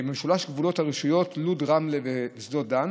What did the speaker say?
במשולש גבולות הרשויות לוד, רמלה ושדות דן.